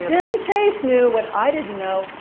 jim chase knew what i didn't know.